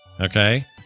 Okay